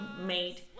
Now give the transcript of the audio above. made